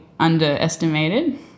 underestimated